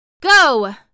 Go